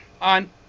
on